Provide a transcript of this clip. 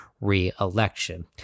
reelection